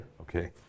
Okay